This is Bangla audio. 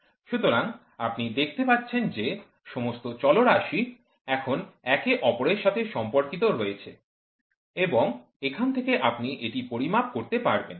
সুতরাং আপনি দেখতে পাচ্ছেন যে সমস্ত চলরাশি এখন একে অপরের সাথে সম্পর্কিত রয়েছে এবং এখান থেকে আপনি এটি পরিমাপ করতে পারবেন